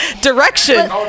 Direction